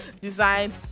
design